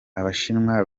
abashinwa